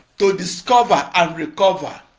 to discover and recover